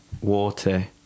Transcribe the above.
water